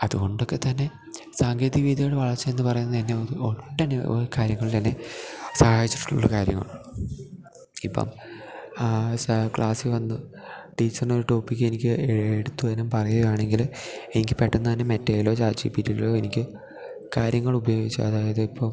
അത്കൊണ്ടൊക്കെ തന്നെ സാങ്കേതികവിദ്യയുടെ വളര്ച്ചയെന്ത് പറയ്ന്നത് എന്നെ ഒതു ഒട്ടനവ് കാര്യങ്ങൾലെന്നെ സഹായിച്ചിട്ടൊള്ള കാര്യമാണ് ഇപ്പം സാ ക്ലാസ്സി വന്നു ടീച്ചര്നൊരു ടോപ്പിക്ക് എനിക്ക് എട്ത്തു തരാന് പറയുവാണെങ്കില് എനിക്ക് പെട്ടന്ന് തന്നെ മെറ്റേലോ ചാറ്റ് ജിപ്പിറ്റിലോ എനിക്ക് കാര്യങ്ങള് ഉപയോഗിച്ച് അതായത് ഇപ്പൊ